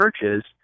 churches